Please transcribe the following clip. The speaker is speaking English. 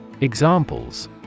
Examples